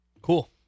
cool